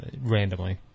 randomly